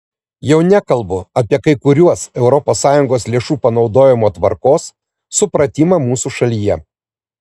jau nekalbu apie kai kuriuos europos sąjungos lėšų panaudojimo tvarkos supratimą mūsų šalyje